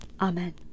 Amen